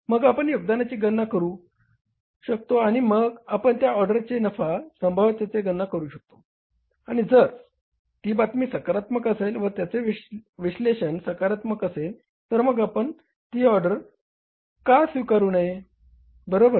मग आपण योगदानाची गणना करू शकतो आणि मग आपण त्या ऑर्डरच्या नफा संभाव्यतेची गणना करू शकतो आणि जर ती बातमी सकारात्मक असेल व त्याचे विश्लेषण सकारात्मक असेल तर मग आपण ती ऑर्डर का स्वीकारू नये बरोबर